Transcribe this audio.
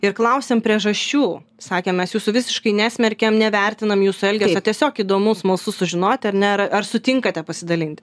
ir klausėm priežasčių sakėm mes jūsų visiškai nesmerkiam nevertinam jūsų elgesio tiesiog įdomu smalsu sužinoti ar ne ar ar sutinkate pasidalinti